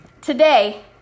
today